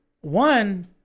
one